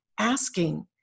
asking